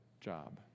job